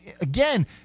again